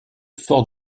fort